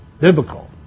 Biblical